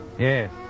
Yes